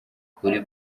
kuri